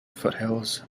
foothills